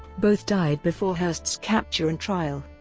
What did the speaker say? both died before hearst's capture and trial.